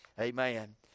amen